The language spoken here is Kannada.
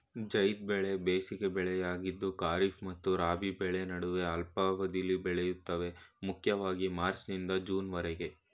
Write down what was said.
ಝೈದ್ ಬೆಳೆ ಬೇಸಿಗೆ ಬೆಳೆಯಾಗಿದ್ದು ಖಾರಿಫ್ ಮತ್ತು ರಾಬಿ ಬೆಳೆ ನಡುವೆ ಅಲ್ಪಾವಧಿಲಿ ಬೆಳಿತವೆ ಮುಖ್ಯವಾಗಿ ಮಾರ್ಚ್ನಿಂದ ಜೂನ್ವರೆಗೆ